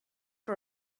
for